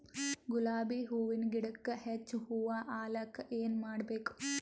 ಗುಲಾಬಿ ಹೂವಿನ ಗಿಡಕ್ಕ ಹೆಚ್ಚ ಹೂವಾ ಆಲಕ ಏನ ಮಾಡಬೇಕು?